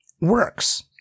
works